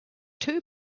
two